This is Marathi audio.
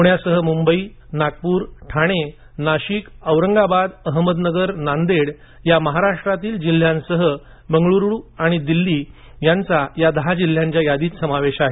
पुण्यासह मुंबई नागपूर ठाणे नाशिक औरंगाबाद अहमदनगर नांदेड या महाराष्ट्रातील जिल्ह्यांसह बंगळूरू आणि दिल्ली यांचा या दहा जिल्ह्यांच्या यादीत समावेश आहे